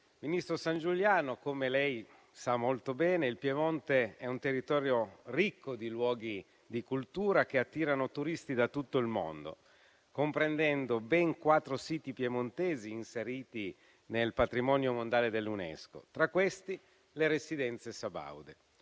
ministro Sangiuliano, come lei sa molto bene, il Piemonte è un territorio ricco di luoghi di cultura che attirano turisti da tutto il mondo, comprendendo ben quattro siti inseriti nel patrimonio mondiale dell'UNESCO. Tra questi le Residenze sabaude,